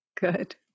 Good